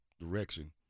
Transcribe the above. direction